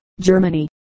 Germany